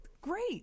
great